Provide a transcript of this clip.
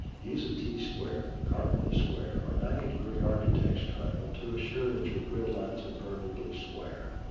use a t-square, carpenter's square or ninety degree architect's triangle to assure that your grid lines are perfectly square.